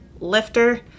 lifter